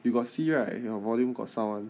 you got see right your volume got sound [one]